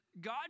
God